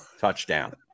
touchdown